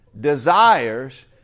desires